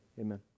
Amen